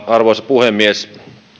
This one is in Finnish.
arvoisa puhemies